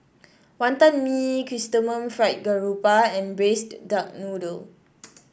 Wonton Mee Chrysanthemum Fried Garoupa and Braised Duck Noodle